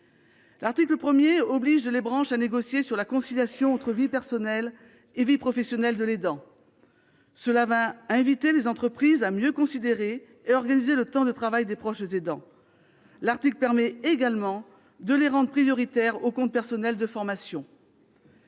L'article 1 oblige les branches à négocier sur la conciliation entre vie personnelle et vie professionnelle de l'aidant, une invitation pour les entreprises à mieux considérer et organiser le temps de travail des proches aidants. Cet article permet également de les rendre prioritaires au compte personnel de formation.